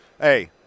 Hey